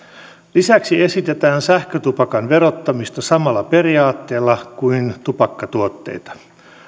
lisäksi esitetään sähkötupakan verottamista samalla periaatteella kuin tupakkatuotteita